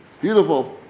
beautiful